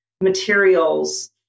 materials